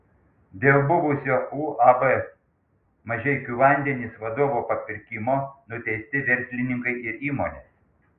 dėl buvusio uab mažeikių vandenys vadovo papirkimo nuteisti verslininkai ir įmonės